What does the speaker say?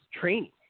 training